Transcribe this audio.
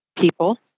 people